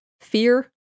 fear